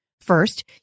First